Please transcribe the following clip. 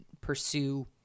pursue